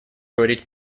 говорить